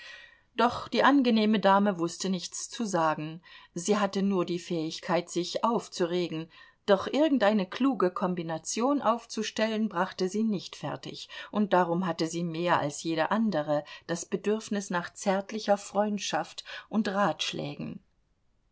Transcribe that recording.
doch die angenehme dame wußte nichts zu sagen sie hatte nur die fähigkeit sich aufzuregen doch irgendeine kluge kombination aufzustellen brachte sie nicht fertig und darum hatte sie mehr als jede andere das bedürfnis nach zärtlicher freundschaft und ratschlägen